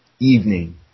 evening